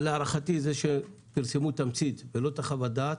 להערכתי, זה שפרסמו תמצית ולא את חוות הדעת